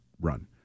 run